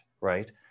right